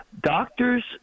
Doctors